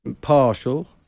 partial